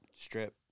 strip